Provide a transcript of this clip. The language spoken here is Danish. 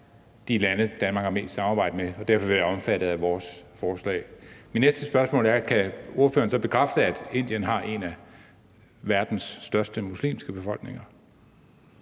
de lande, som Danmark har mest samarbejde med, og derfor vil det være omfattet af vores forslag. Mit næste spørgsmål er, om ordføreren så kan bekræfte, at Indien har en af verdens største muslimske befolkninger.